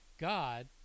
God